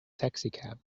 taxicab